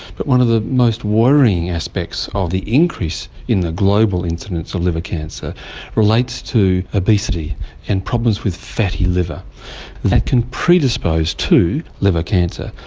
but one of the most worrying aspects of the increase in the global incidence of liver cancer relates to obesity and problems with fatty liver. that can predispose to liver cancer.